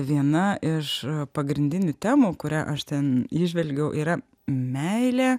viena iš pagrindinių temų kurią aš ten įžvelgiau yra meilė